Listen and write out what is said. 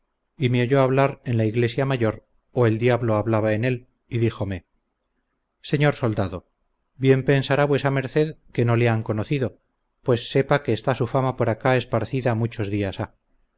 y me oyó hablar en la iglesia mayor o el diablo hablaba en él y díjome señor soldado bien pensará vuesa merced que no le han conocido pues sepa que está su fama por acá esparcida muchos días ha